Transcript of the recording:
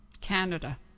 Canada